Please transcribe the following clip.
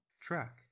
track